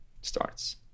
starts